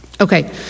Okay